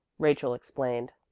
rachel explained.